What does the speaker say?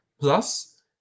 Plus